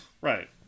Right